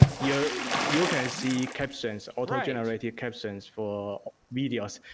yeah you can see captions, auto-generated captions for videos,